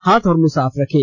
हाथ और मुंह साफ रखें